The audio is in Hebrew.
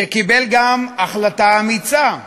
שקיבל, גם, החלטה אמיצה.